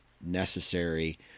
necessary